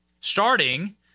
starting